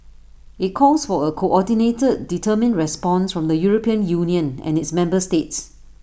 IT calls for A coordinated determined response from the european union and its member states